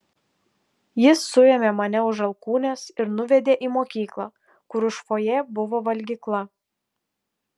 jis suėmė mane už alkūnės ir nuvedė į mokyklą kur už fojė buvo valgykla